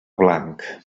blanc